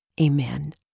Amen